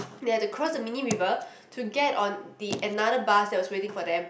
they had to cross the mini river to get on the another bus that was waiting for them